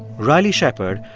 riley shepard,